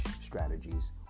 strategies